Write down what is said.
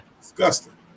Disgusting